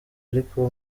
ariko